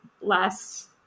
last